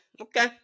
okay